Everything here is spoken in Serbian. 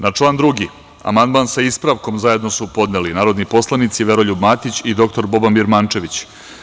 Na član 2. amandman sa ispravkom, zajedno su podneli narodni poslanici Veroljub Matić i dr Boban Birmančević.